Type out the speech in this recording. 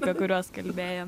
apie kuriuos kalbėjom